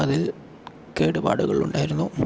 അതിൽ കേടുപാടുകൾ ഉണ്ടായിരുന്നു